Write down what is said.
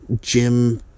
Jim